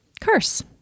curse